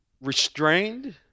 Restrained